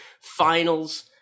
finals